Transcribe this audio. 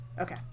Okay